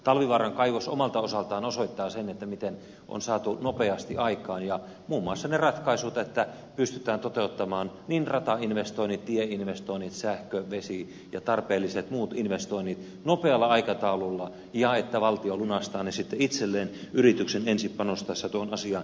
talvivaaran kaivos omalta osaltaan osoittaa sen miten on saatu nopeasti aikaan ja muun muassa ne ratkaisut että pystytään toteuttamaan ratainvestoinnit tieinvestoinnit sähkö vesi ja tarpeelliset muut investoinnit nopealla aikataululla ja että valtio lunastaa ne sitten itselleen yrityksen ensin panostaessa tuohon asiaan ovat oikeaa linjausta